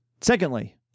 secondly